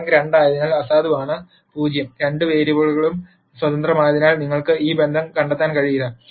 rank 2 ആയതിനാൽ അസാധുവാണ് 0 രണ്ട് വേരിയബിളുകളും സ്വതന്ത്രമായതിനാൽ നിങ്ങൾക്ക് ഒരു ബന്ധം കണ്ടെത്താൻ കഴിയില്ല